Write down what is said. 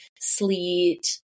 sleet